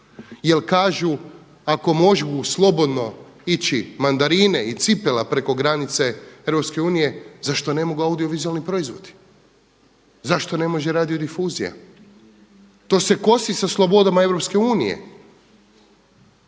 jel kažu ako mogu slobodno ići mandarine i cipela preko granice EU zašto ne mogu audiovizualni proizvodi, zašto ne može radio difuzija? To se kosi sa slobodama EU.